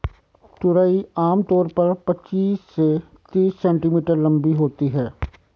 तुरई आम तौर पर पचीस से तीस सेंटीमीटर लम्बी होती है